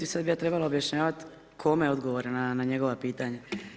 Sad bi ja trebala objašnjavati kome odgovore na njegova pitanja?